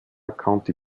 county